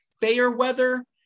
Fairweather